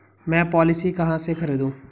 मैं पॉलिसी कहाँ से खरीदूं?